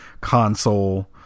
console